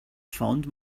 found